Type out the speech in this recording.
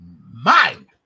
mind